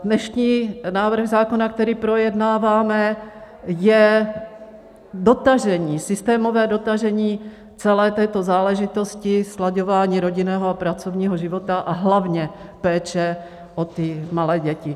Dnešní návrh zákona, který projednáváme, je dotažení, systémové dotažení celé této záležitosti, slaďování rodinného a pracovního života a hlavně péče o ty malé děti.